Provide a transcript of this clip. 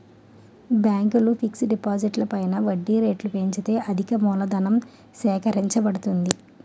బ్యాంకులు ఫిక్స్ డిపాజిట్లు పైన వడ్డీ రేట్లు పెంచితే అధికమూలధనం సేకరించబడుతుంది